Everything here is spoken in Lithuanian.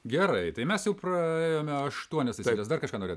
gerai tai mes jau praėjome aštuonias taisykles dar kažką norėjot